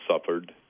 suffered